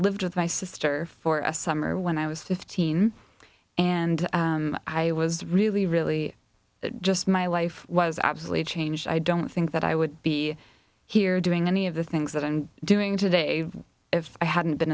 lived with my sister for a summer when i was fifteen and i was really really just my life was absolutely changed i don't think that i would be here doing any of the things that and doing today if i hadn't been